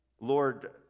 Lord